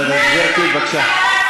בסדר, גברתי, בבקשה.